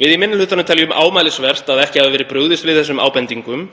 Við í minni hlutanum teljum ámælisvert að ekki hafi verið brugðist við þessum ábendingum,